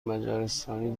مجارستانی